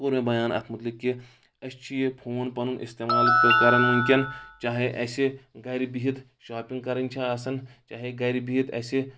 کوٚر مے بیان اتھ مُتعلق کہِ أسۍ چھِ یہِ فون پنُن استعمال کرن وُنکیٚن چاہے اسہِ گرِ بِہِتھ شاپنگ کران چھِ آسان چاہے گرِ بِہِتھ اسہِ